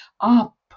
up